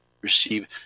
receive